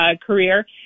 career